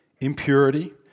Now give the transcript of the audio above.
impurity